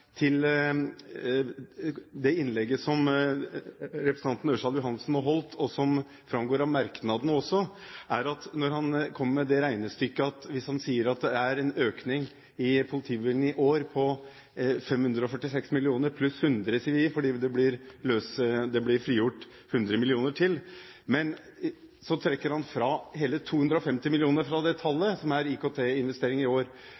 til det innlegget som representanten Ørsal Johansen holdt, og som framgår av merknadene også, er at når han kommer med dette regnestykket og sier at det er en økning i politibevilgningene i år på 546 mill. kr – pluss 100 mill. kr, sier vi, fordi det blir frigjort 100 mill. kr til – trekker han fra hele 250 mill. kr fra det tallet som er til IKT-investeringer i år.